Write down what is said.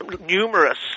numerous